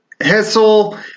Hessel